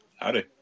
Howdy